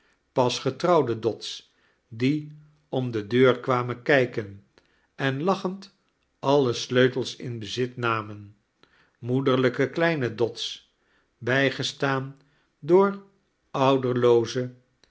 pas getrouwde dots die om de deur kwamein kijken en lachend alle sleutels in bezit namen moederlijke kleine dots bijgestaan door